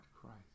Christ